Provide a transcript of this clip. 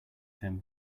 him